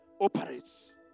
operates